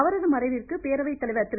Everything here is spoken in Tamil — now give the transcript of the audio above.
அவரது மறைவிற்கு பேரவைத்தலைவர் திரு